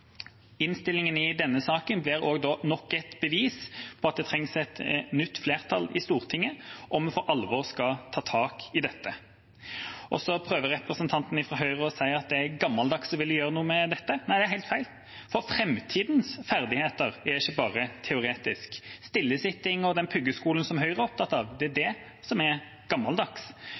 i denne saken blir da også nok et bevis på at det trengs et nytt flertall i Stortinget om vi på alvor skal ta tak i dette. Så prøver representanten fra Høyre å si at det er gammeldags å ville gjøre noe med dette. Nei, det er helt feil. For framtidas ferdigheter er ikke bare teoretiske. Stillesitting og den puggeskolen som Høyre er opptatt av, er det som er gammeldags.